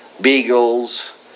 beagles